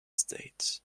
states